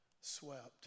swept